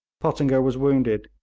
pottinger was wounded,